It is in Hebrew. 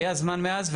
והיה זמן מאז.